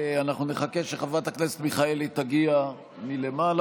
אנחנו נחכה שחברת הכנסת מיכאלי תגיע מלמעלה